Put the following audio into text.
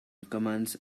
commands